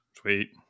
sweet